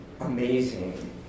amazing